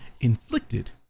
inflicted